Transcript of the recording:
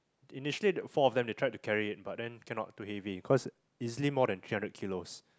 initially the four of them they tried to carry it but then cannot too heavy cause easily more than three hundred kilos